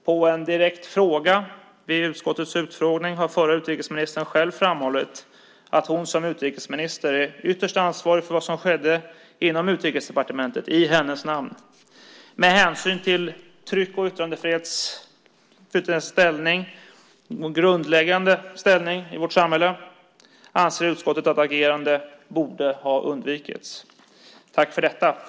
På en direkt fråga vid utskottets utfrågning har den förra utrikesministern själv framhållit att hon som utrikesminister är ytterst ansvarig för vad som skedde inom Utrikesdepartementet i hennes namn. Med hänsyn till tryck och yttrandefrihetens grundläggande ställning i vårt samhälle anser utskottet att agerandet borde ha undvikits.